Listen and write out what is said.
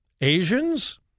Asians